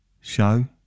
show